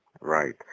Right